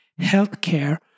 healthcare